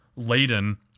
Laden